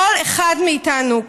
כל אחד מאיתנו,